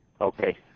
Okay